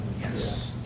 Yes